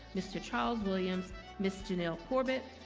mr charles williams miss janelle corbett,